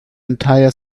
entire